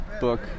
book